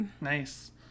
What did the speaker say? nice